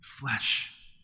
flesh